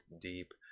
deep